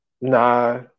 Nah